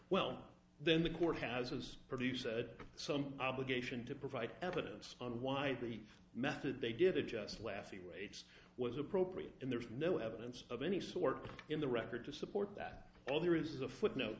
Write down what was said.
well then the court has produced some obligation to provide evidence on why the method they did it just laughing rates was appropriate and there is no evidence of any sort in the record to support that all there is is a footnote